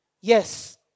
Yes